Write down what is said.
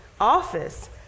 office